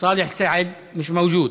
סאלח סעד, מיש מווג'וד,